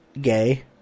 gay